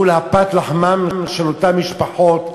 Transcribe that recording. מול פת לחמן של אותן משפחות,